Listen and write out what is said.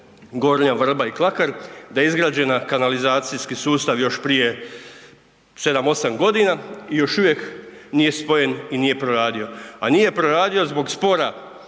Gornja Vrba i Klakar da je izgrađen kanalizacijski sustav još prije 7, 8 g. i još uvijek nije spojen i nije proradio. Pa nije proradio zbog spora